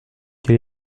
quel